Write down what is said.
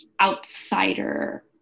outsider